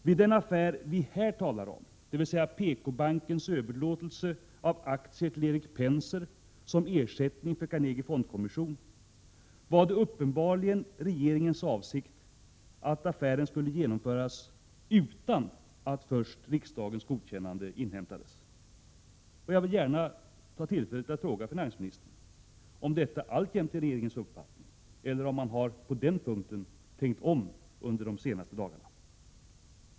Vid den affär vi här talar om, dvs. PKbankens överlåtelse av aktier till Erik Penser som ersättning för Carnegie Fondkommission, var det uppenbarligen regeringens avsikt att affären skulle genomföras utan att först riksdagens godkännande inhämtades. Jag vill gärna ta tillfället att fråga finansministern om detta alltjämt är regeringens uppfattning, eller om finansministern har tänkt om på den punkten under de senaste dagarna.